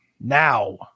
Now